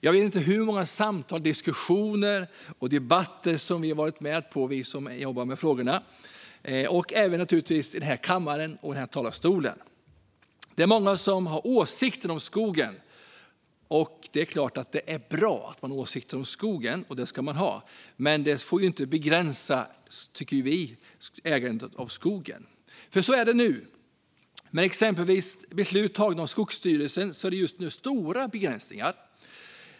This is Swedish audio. Jag vet inte hur många samtal, diskussioner och debatter som vi som jobbar med frågorna varit med på, och naturligtvis även i den här kammaren och från den här talarstolen. Det är många som har åsikter om skogen. Det är klart att det är bra att man har åsikter om skogen, och det ska man ha. Men vi tycker inte att det får begränsa ägandet av skogen, för så är det nu. Med beslut som exempelvis fattats av Skogsstyrelsen är det just nu stora begränsningar.